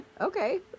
okay